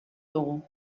dugu